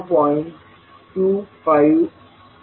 25S आहे